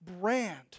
brand